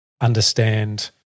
understand